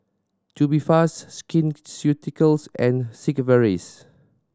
Tubifast Skin Ceuticals and Sigvaris